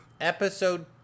Episode